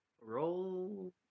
Roll